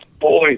boy